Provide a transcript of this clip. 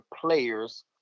players